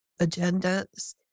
agendas